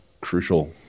crucial